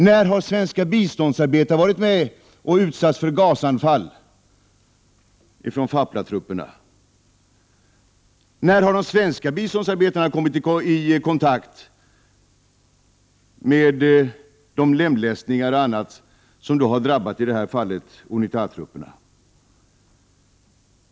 När har svenska biståndsarbetare varit med om att utsättas för gasanfall från Faplatrupperna? När har svenska biståndsarbetare kommit i kontakt med de lemlästningar som i detta fall har drabbat Unitatrupperna?